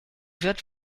wird